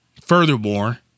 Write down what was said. Furthermore